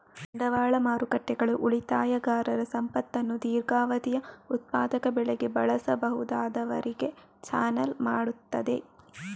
ಬಂಡವಾಳ ಮಾರುಕಟ್ಟೆಗಳು ಉಳಿತಾಯಗಾರರ ಸಂಪತ್ತನ್ನು ದೀರ್ಘಾವಧಿಯ ಉತ್ಪಾದಕ ಬಳಕೆಗೆ ಬಳಸಬಹುದಾದವರಿಗೆ ಚಾನಲ್ ಮಾಡುತ್ತವೆ